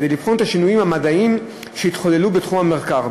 כדי לבחון את השינויים המדעיים שהתחוללו בתחום המחקר,